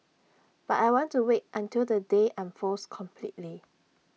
but I want to wait until the day unfolds completely